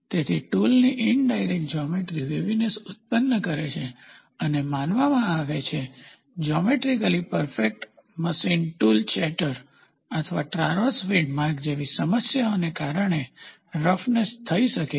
તેથી ટૂલની indirect geometry waviness ઉત્પન્ન કરે છે અને માનવામાં આવે છે જ્યોમેટ્રીકલી પરફેક્ટ મશીનમાં ટૂલ ચેટર અથવા ટ્રાવર્સ ફીડ માર્ક્સ જેવી સમસ્યાને કારણે રફનેસ થઈ શકે છે